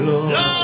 Lord